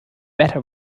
beta